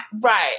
Right